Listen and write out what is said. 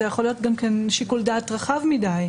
זה יכול להיות שיקול דעת רחב מדי.